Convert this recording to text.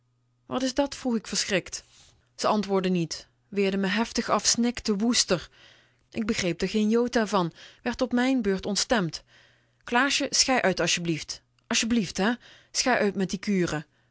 wat is dat vroeg ik verschrikt ze antwoordde niet weerde me heftig af snikte woester ik begreep r geen jota van werd op mijn beurt ontstemd klaasje schei uit asjeblief asjeblief hè schei uit met die kuren